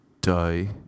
die